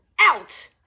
Out